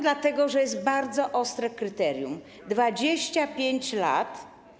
Dlatego, że jest tu bardzo ostre kryterium: 25 lat.